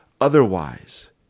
otherwise